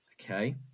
okay